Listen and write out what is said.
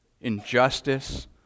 injustice